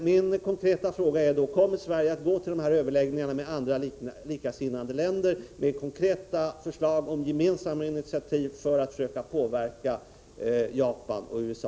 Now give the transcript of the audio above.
Min konkreta fråga är: Kommer Sverige att gå till dessa överläggningar med andra likasinnade länder med konkreta förslag om gemensamma initiativ för att söka påverka Japan och USA?